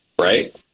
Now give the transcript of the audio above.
right